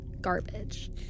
Garbage